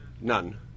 none